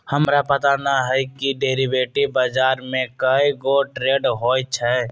हमरा पता न हए कि डेरिवेटिव बजार में कै गो ट्रेड होई छई